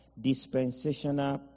dispensational